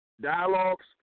dialogues